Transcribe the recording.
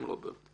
כן, רוברט.